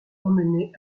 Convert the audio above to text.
emmenée